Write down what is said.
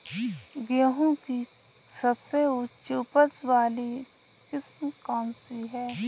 गेहूँ की सबसे उच्च उपज बाली किस्म कौनसी है?